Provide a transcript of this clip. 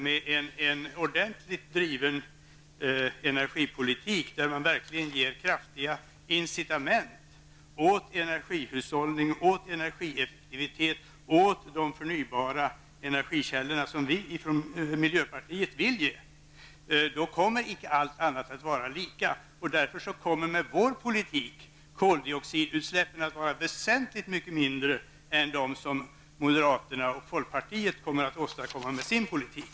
Med en ordentligt driven energipolitik, där man verkligen, som vi i miljöpartiet vill, ger kraftiga incitament åt energihushållning, åt energieffektivitet och åt de förnybara energikällorna, kommer icke allt annat att vara lika. Därför kommer med vår politik koldioxidutsläppen att vara väsentligt mycket mindre än dem som moderaterna och folkpartiet kommer att åstadkomma med sin politik.